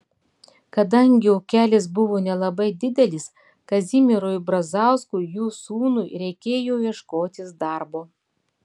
kadangi ūkelis buvo nelabai didelis kazimierui brazauskui jų sūnui reikėjo ieškotis darbo